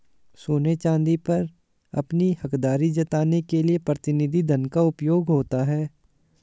सोने चांदी पर अपनी हकदारी जताने के लिए प्रतिनिधि धन का उपयोग होता है